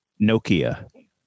Nokia